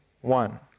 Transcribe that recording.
one